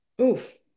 Oof